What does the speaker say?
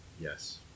Yes